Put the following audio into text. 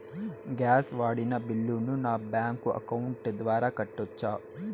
Gas వాడిన బిల్లును నా బ్యాంకు అకౌంట్ ద్వారా కట్టొచ్చా?